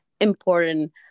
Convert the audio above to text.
important